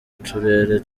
turere